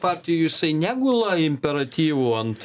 partijų jisai negula imperatyvu ant